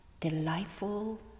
Delightful